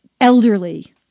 elderly